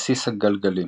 בסיס גלגלים